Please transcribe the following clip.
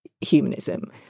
humanism